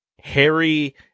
harry